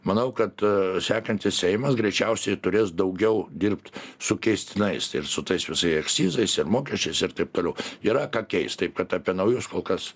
manau kad sekantis seimas greičiausiai turės daugiau dirbt su keistinais ir su tais visai akcizais ir mokesčiais ir taip toliau yra ką keist taip kad apie naujus kol kas